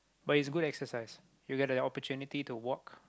but it's good exercise you get an opportunity to walk